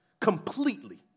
completely